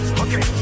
okay